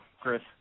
Chris